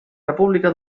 república